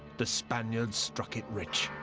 the spaniards struck it rich.